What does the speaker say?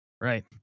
Right